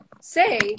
say